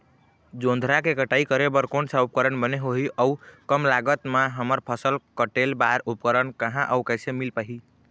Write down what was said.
जोंधरा के कटाई करें बर कोन सा उपकरण बने होही अऊ कम लागत मा हमर फसल कटेल बार उपकरण कहा अउ कैसे मील पाही?